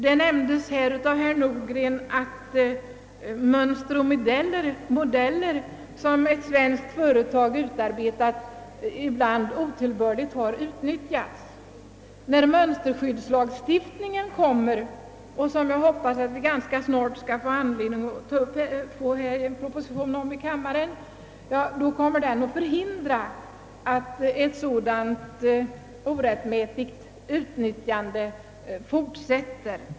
Herr Nordgren nämnde att mönster och modeller, som ett svenskt företag utarbetat, ibland otillbörligen har utnyttjats. När mönsterskyddslagstiftningen genomförts — jag hoppas att vi snart får ta ställning till en proposition i det ärendet — kommer den att förhindra att sådant orättmätigt utnyttjande fortsätter.